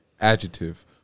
Adjective